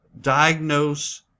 diagnose